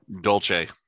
Dolce